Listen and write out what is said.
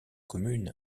communes